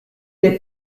der